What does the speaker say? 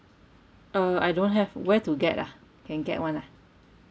uh I don't have where to get ah can get [one] ah